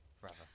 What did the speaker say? forever